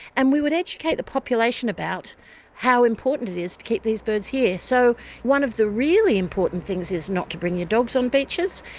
and we would educate the population about how important it is to keep these birds here. so one of the really important things is not to bring your dogs on beaches,